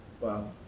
Wow